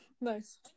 Nice